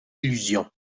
illusion